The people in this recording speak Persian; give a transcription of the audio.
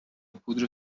پودر